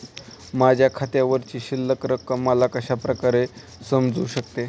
माझ्या खात्यावरची शिल्लक रक्कम मला कशा प्रकारे समजू शकते?